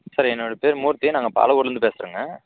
sir என்னோடய பேர் மூர்த்தி நாங்கள் பாலக்கோடுலருந்து பேசுகிறேங்க